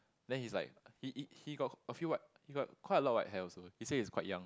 then he's like he he he got a few white he got quite a lot of white hair also he say he's quite young